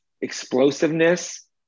explosiveness